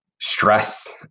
stress